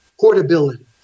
portability